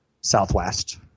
Southwest